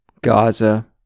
Gaza